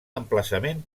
emplaçament